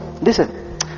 listen